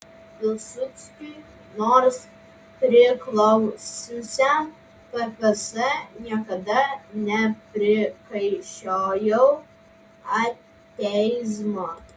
pilsudskiui nors priklausiusiam pps niekada neprikaišiojo ateizmo